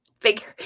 figure